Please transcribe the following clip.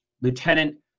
Lieutenant